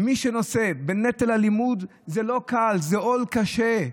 מי שנושא בנטל הלימוד, זה לא קל, זה עול קשה.